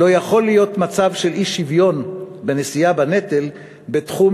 לא יכול להיות מצב של אי-שוויון בנשיאה בנטל בתחום